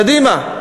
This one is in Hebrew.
קדימה.